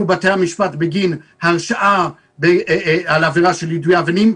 בתי המשפט על הרשעה בעבירה של יידוי אבנים,